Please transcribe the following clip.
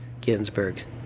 Ginsburg's